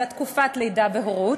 אלא תקופת לידה והורות,